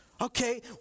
Okay